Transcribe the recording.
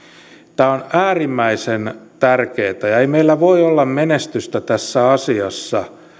tämä on äärimmäisen tärkeää eikä meillä voi olla menestystä tässä asiassa